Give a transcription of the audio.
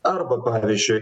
arba pavyzdžiui